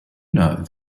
know